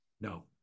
no